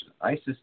ISIS